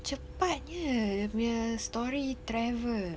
cepatnya dia punya story travel